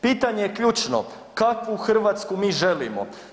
Pitanje je ključno, kakvu Hrvatsku mi želimo?